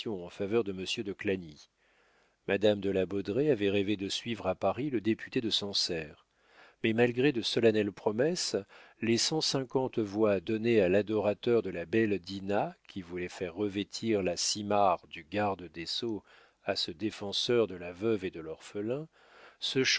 en faveur de monsieur de clagny madame de la baudraye avait rêvé de suivre à paris le député de sancerre mais malgré de solennelles promesses les cent cinquante voix données à l'adorateur de la belle dinah qui voulait faire revêtir la simarre du garde des sceaux à ce défenseur de la veuve et de l'orphelin